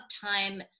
time